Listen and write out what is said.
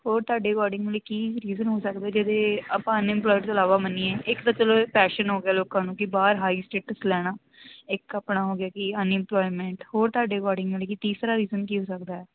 ਹੋਰ ਤੁਹਾਡੇ ਅਕੋਰਡਿੰਗਲੀ ਕੀ ਰੀਜ਼ਨ ਹੋ ਸਕਦੇ ਜਿਹਦੇ ਆਪਾਂ ਅਨਪਲਾਈਡ ਤੋਂ ਇਲਾਵਾ ਮੰਨੀਏ ਇੱਕ ਤਾਂ ਚਲੋ ਇਹ ਪੈਸ਼ਨ ਹੋ ਗਿਆ ਲੋਕਾਂ ਨੂੰ ਕਿ ਬਾਹਰ ਹਾਈ ਸਟੈਟਸ ਲੈਣਾ ਇੱਕ ਆਪਣਾ ਹੋ ਗਿਆ ਕਿ ਅਨਇਮਪਲੋਇਮੈਂਟ ਹੋਰ ਤੁਹਾਡੇ ਅਕੋਰਡਿੰਗ ਮਤਲਬ ਕਿ ਤੀਸਰਾ ਰੀਜ਼ਨ ਕੀ ਹੋ ਸਕਦਾ